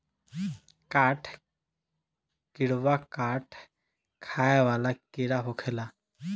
काठ किड़वा काठ खाए वाला कीड़ा होखेले